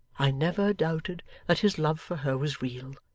i never doubted that his love for her was real.